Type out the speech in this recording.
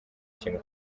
kintu